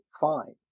fine